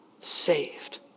saved